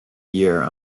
year